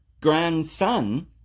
grandson